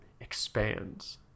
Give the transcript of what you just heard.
expands